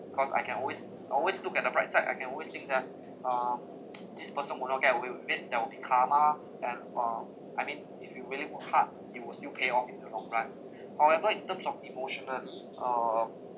cause I can always always look at the bright side I can always think that uh this person will not get away with it there will be karma and um I mean if you really work hard it will still pay off in the long run however in terms of emotionally uh